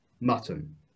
mutton